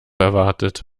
erwartet